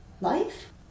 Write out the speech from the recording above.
life